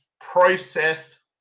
process